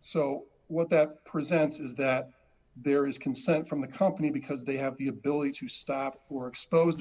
so well that presents is that there is consent from the company because they have the ability to stop who are exposed